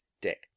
deck